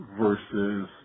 versus